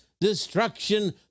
destruction